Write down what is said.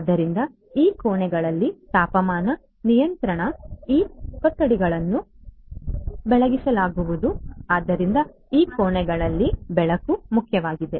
ಆದ್ದರಿಂದ ಈ ಕೋಣೆಗಳ ತಾಪಮಾನ ನಿಯಂತ್ರಣ ಈ ಕೊಠಡಿಗಳನ್ನು ಬೆಳಗಿಸಲಾಗುವುದು ಆದ್ದರಿಂದ ಈ ಕೋಣೆಗಳಿಗೆ ಬೆಳಕು ಮುಖ್ಯವಾಗಿದೆ